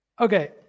Okay